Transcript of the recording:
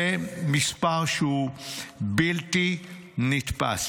זה מספר שהוא בלתי נתפס.